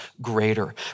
greater